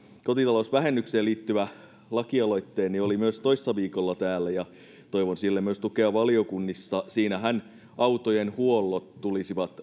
kotitalousvähennykseen liittyvä lakialoitteeni oli myös toissa viikolla täällä ja toivon sille myös tukea valiokunnissa siinähän autojen huollot tulisivat